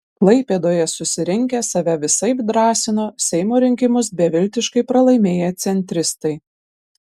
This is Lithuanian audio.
klaipėdoje susirinkę save visaip drąsino seimo rinkimus beviltiškai pralaimėję centristai